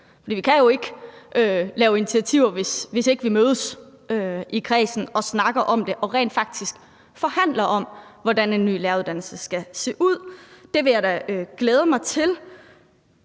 vi kan jo ikke lave initiativer, hvis ikke vi mødes i kredsen og snakker om det og rent faktisk forhandler om, hvordan en ny læreruddannelse skal se ud. Det vil jeg da glæde mig til.